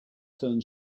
turned